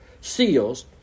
seals